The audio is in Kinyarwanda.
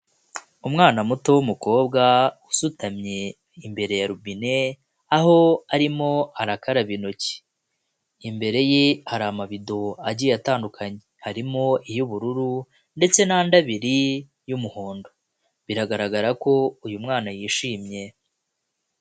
Umwana muto w'umukobwa usutamye imbere ya robine, aho arimo arakaraba intoki. Imbere ye hari amabido agiye atandukanye, harimo iy'ubururu ndetse n'andi abiri y'umuhondo. Biragaragara ko uyu mwana yishimye.